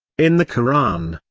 in the koran,